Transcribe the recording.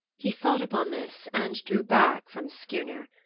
he thought upon this, and drew back from skirnir,